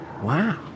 Wow